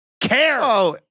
care